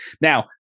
Now